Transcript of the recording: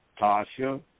Tasha